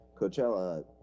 Coachella